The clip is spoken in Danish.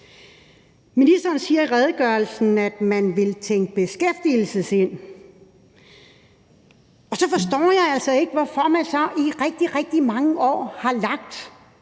Ministeren siger i redegørelsen, at man vil tænke beskæftigelse ind. Så forstår jeg altså ikke, hvorfor man i rigtig, rigtig mange år har lagt